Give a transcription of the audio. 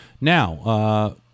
Now